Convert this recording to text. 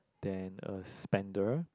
than a spender